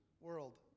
world